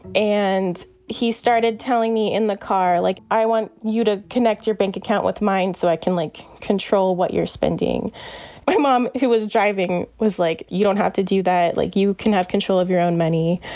and he started telling me in the car, like, i want you to connect your bank account with mine so i can link control what you're spending my mom who was driving was like, you don't have to do that. like, you can have control of your own money.